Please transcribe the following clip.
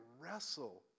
wrestle